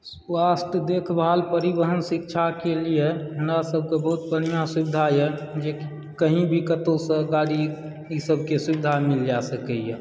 स्वास्थ्य देखभाल परिवहन शिक्षाकके लिए हमरा सभकऽ बहुत बढ़िआँ सुविधाए जे कहुँ भी कतहुँसँ गाड़ी ई सभके सुविधा मिल जा सकयए